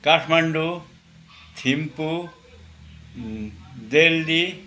Kathmandu Thimphu Delhi